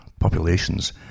Populations